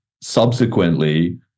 subsequently